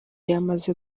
yamaze